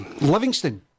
Livingston